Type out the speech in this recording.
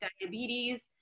diabetes